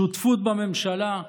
שותפות בממשלה.